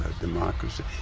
democracy